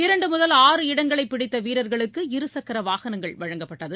இரண்டு முதல் ஆறு இடங்களைப் பிடித்த வீரர்களுக்கு இருசக்கர வாகனங்கள் வழங்கப்பட்டது